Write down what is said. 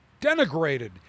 denigrated